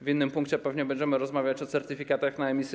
W innym punkcie pewnie będziemy rozmawiać o certyfikatach na emisję